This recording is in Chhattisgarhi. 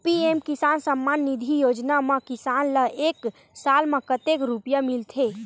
पी.एम किसान सम्मान निधी योजना म किसान ल एक साल म कतेक रुपिया मिलथे?